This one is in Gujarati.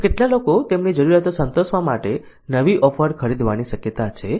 તો કેટલા લોકો તેમની જરૂરિયાતો સંતોષવા માટે નવી ઓફર ખરીદવાની શક્યતા છે